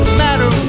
matter